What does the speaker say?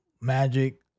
Magic